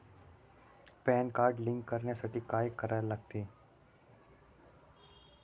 Pan card link करण्यासाठी काय करायला लागते?